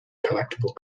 collectible